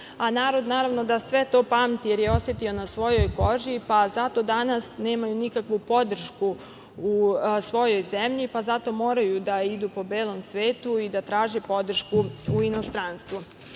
Narod naravno da sve to pamti, jer je osetio na svojoj koži, pa zato danas nemaju nikakvu podršku u svojoj zemlji, pa zato moraju da idu po belom svetu i da traže podršku u inostranstvu. Dok